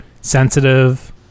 sensitive